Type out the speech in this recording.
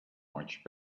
much